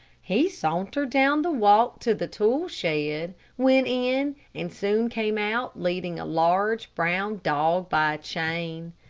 he sauntered down the walk to the tool shed, went in and soon came out leading a large, brown dog by a chain.